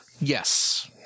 yes